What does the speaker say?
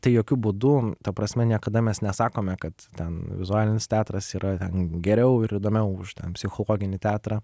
tai jokiu būdu ta prasme niekada mes nesakome kad ten vizualinis teatras yra geriau ir įdomiau už ten psichologinį teatrą